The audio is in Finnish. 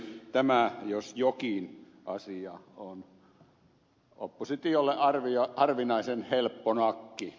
tämä jos jokin asia on oppositiolle harvinaisen helppo nakki